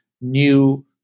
new